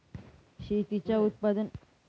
शेतीच्या उत्पादन वाढीसाठी काय करायला हवे?